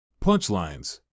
Punchlines